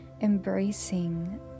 embracing